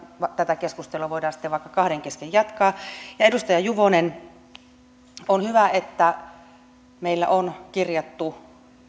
tätä keskustelua voidaan sitten vaikka kahden kesken jatkaa ja edustaja juvonen on hyvä että meillä on kirjattu